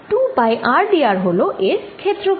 2 পাইrdrহল এর ক্ষেত্রফল